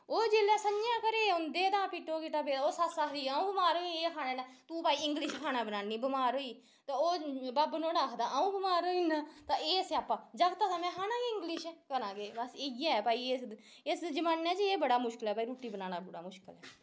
ओह् जेल्लै सं'ञै घरै ओंदे तां पिट्टो पिट्ठा पैदा सस्स आखदी आ'ऊं बमार होई गेई आं खाने कन्नै तू भई इंग्लिश खाना बनानी बमार होई गेई ते ओह बब्ब नोहाड़ा आखदा आ'ऊं बमार होई जन्नां ते एह् स्यापा जागत आखदा मैं खाना गै इंग्लिश ऐ बनै केह् बस इ'यै भई इस ज़माने च एह् बड़ा मुश्कल ऐ भई रुट्टी बनाना बड़ा मुश्कल ऐ